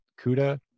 CUDA